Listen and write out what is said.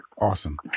Awesome